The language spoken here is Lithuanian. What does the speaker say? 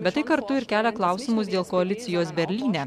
bet tai kartu ir kelia klausimus dėl koalicijos berlyne